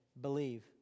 believe